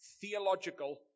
theological